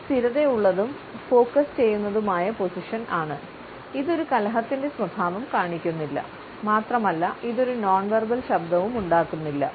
ഇത് സ്ഥിരതയുള്ളതും ഫോക്കസ് ചെയ്യുന്നതുമായ പൊസിഷൻ ആണ് ഇത് ഒരു കലഹത്തിൻറെ സ്വഭാവം കാണിക്കുന്നില്ല മാത്രമല്ല ഇത് ഒരു നോൺവെർബൽ ശബ്ദവും ഉണ്ടാകുന്നില്ല